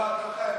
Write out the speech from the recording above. את יכולה למשוך.